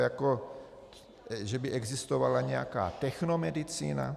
To jako že by existovala nějaká technomedicína?